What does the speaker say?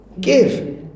give